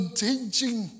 teaching